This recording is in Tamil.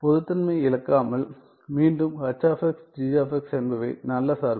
பொதுத்தன்மை இழக்காமல் மீண்டும் H g என்பவை நல்ல சார்புகள்